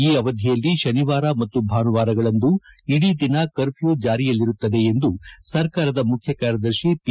ಈ ಅವಧಿಯಲ್ಲಿ ಕನಿವಾರ ಮತ್ತು ಭಾನುವಾರಗಳಂದು ಇಡೀ ದಿನ ಕರ್ಪ್ಲೂ ಜಾರಿಯಲ್ಲಿರುತ್ತದೆ ಎಂದು ಸರ್ಕಾರದ ಮುಖ್ಯ ಕಾರ್ಯದರ್ಶಿ ಪಿ